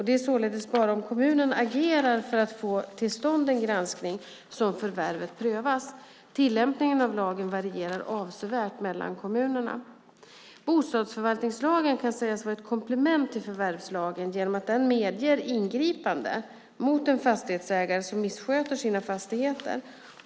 Det är således bara om kommunen agerar för att få till stånd en granskning som förvärvet prövas. Tillämpningen av lagen varierar avsevärt mellan kommunerna. Bostadsförvaltningslagen kan sägas vara ett komplement till förvärvslagen genom att den medger ingripande mot en fastighetsägare som missköter sina fastigheter.